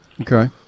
Okay